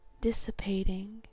dissipating